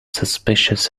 suspicious